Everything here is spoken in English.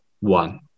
one